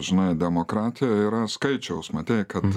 žinai demokratijoj yra skaičiaus matei kad